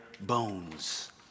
bones